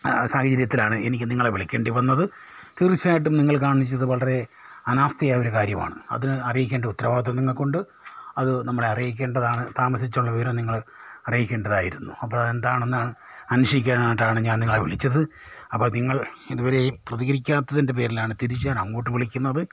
ആ സാഹചര്യത്തിലാണ് എനിക്ക് നിങ്ങളെ വിളിക്കേണ്ടി വന്നത് തീർച്ചയായിട്ടും നിങ്ങൾ കാണിച്ചത് വളരെ അനാസ്ഥ ആയ ഒരു കാര്യമാണ് അതിന് അറിയിക്കേണ്ട ഉത്തരവാദിത്തം നിങ്ങക്കൊണ്ട് അത് നമ്മളെ അറിയിക്കേണ്ടതാണ് താമസിച്ചുള്ള വിവരം നിങ്ങള് അറിയിക്കേണ്ടതായിരുന്നു അപ്പ എന്താണെന്ന് അന്വേഷിക്കാനാട്ടാണ് ഞാൻ നിങ്ങളെ വിളിച്ചത് അപ്പം നിങ്ങൾ ഇതുവരെയും പ്രതികരിക്കാത്തതിൻ്റെ പേരിലാണ് തിരിച്ച് ഞാനങ്ങോട്ട് വിളിക്കുന്നത്